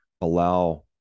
allow